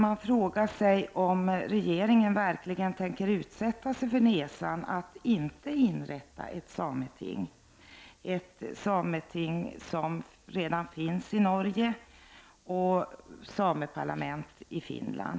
Man frågar sig om regeringen verkligen tänker utsätta sig för nesan att inte inrätta ett sameting. Det finns redan ett sameting i Norge och ett sameparlament i Finland.